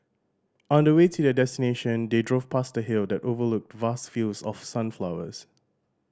on the way to their destination they drove past a hill that overlooked vast fields of sunflowers